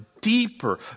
deeper